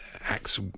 Acts